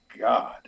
God